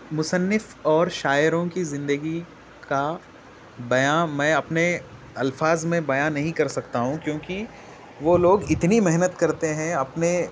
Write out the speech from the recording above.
مُصنف اور شاعروں کی زندگی کا بیاں میں اپنے الفاظ میں بیاں نہیں کر سکتا ہوں کیوں کہ وہ لوگ اتنی محنت کرتے ہیں اپنے